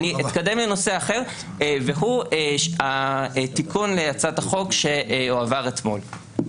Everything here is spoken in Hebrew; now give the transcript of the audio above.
אני אתקדם לנושא אחר והוא תיקון הצעת החוק שהועבר אתמול.